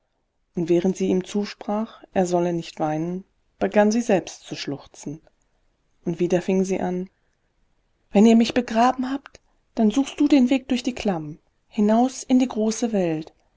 während sie ihm zusprach er solle nicht weinen begann sie selbst zu schluchzen und wieder fing sie an wenn ihr mich begraben habt dann suchst du den weg durch die klamm hinaus in die große welt